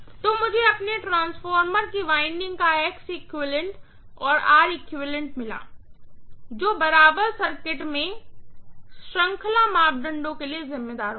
तो मुझे अपने ट्रांसफॉर्मर वाइंडिंग्स का और मिला है जो बराबर सर्किट में सीरीज मापदंडों के लिए जिम्मेदार होगा